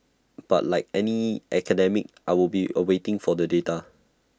but like any academic I will be awaiting for the data